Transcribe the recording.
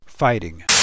Fighting